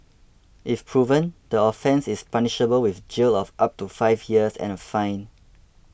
if proven the offence is punishable with jail of up to five years and a fine